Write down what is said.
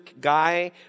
guy